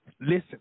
Listen